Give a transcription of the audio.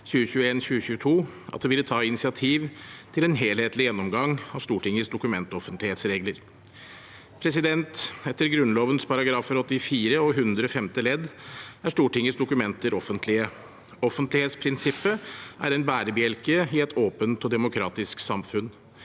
2021–2022 at det ville ta initiativ til en helhetlig gjennomgang av Stortingets dokumentoffentlighetsregler. Etter Grunnloven §§ 84 og 100 femte ledd er Stortingets dokumenter offentlige. Offentlighetsprinsippet er en bærebjelke i et åpent og demokratisk samfunn.